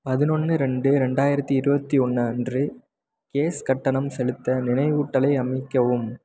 பதினொன்று ரெண்டு ரெண்டாயிரத்து இருபத்தி ஒன்று அன்று கேஸ் கட்டணம் செலுத்த நினைவூட்டலை அமைக்கவும்